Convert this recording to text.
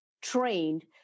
trained